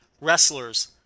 wrestlers